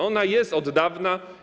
Ona jest od dawna.